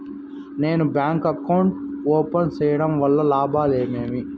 నేను bank account open సేయడం వల్ల లాభాలు ఏమేమి?